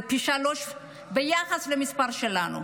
זה פי שלושה ביחס למספר שלנו.